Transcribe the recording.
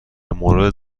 مورد